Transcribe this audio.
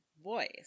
voice